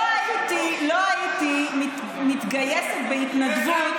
לא הייתי מתגייסת בהתנדבות